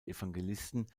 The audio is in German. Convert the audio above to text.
evangelisten